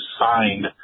signed